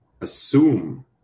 assume